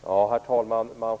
Herr talman!